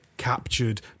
captured